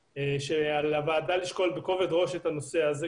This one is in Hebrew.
שעל הוועדה לשקול בכובד ראש את הנושא הזה,